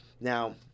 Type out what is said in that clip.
Now